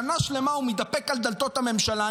שנה שלמה הוא מתדפק על דלתות הממשלה,